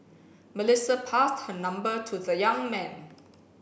Melissa passed her number to the young man